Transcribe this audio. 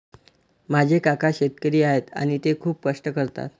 माझे काका शेतकरी आहेत आणि ते खूप कष्ट करतात